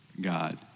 God